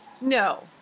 No